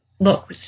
look